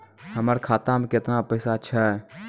हमर खाता मैं केतना पैसा छह?